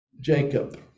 Jacob